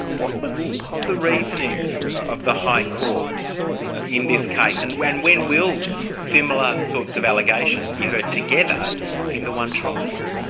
what was the reasoning of the high court in this case, and when when will similar sorts of allegations be heard together in the one trial?